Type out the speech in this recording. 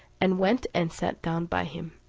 and went and sat down by him.